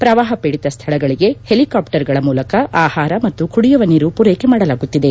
ಪ್ರವಾಹ ಪೀಡಿತ ಸ್ಥಳಗಳಗೆ ಹೆಲಿಕಾಪ್ಷರ್ಗಳ ಮೂಲಕ ಆಹಾರ ಮತ್ತು ಕುಡಿಯುವ ನೀರು ಪೂರ್ಕೆಕೆ ಮಾಡಲಾಗುತ್ತಿದೆ